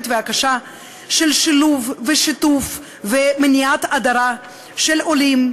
וקשה של שילוב ושיתוף ומניעת הדרה של עולים,